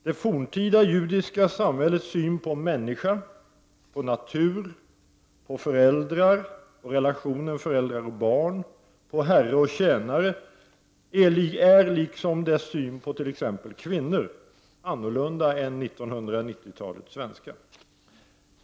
Det forntida judiska samhällets syn på människa och natur, på föräldrar och relationen föräldrar — barn, på herre och tjänare är liksom dess syn på t.ex. kvinnor, annorlunda än 1990-talets svenska.